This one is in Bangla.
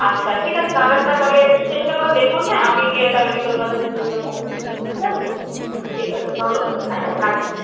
আচ্ছা ঠিক আছে গাডারটা তাহলে একটু চেষ্টা করে দেখুন হ্যাঁ আমি গিয়ে তাহলে বিকেলবেলা নিয়ে নেবো ঠিক আছে ঠিক আছে ধন্যবাদ হ্যাঁ রাখছি